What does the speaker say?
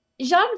Jean